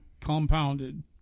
compounded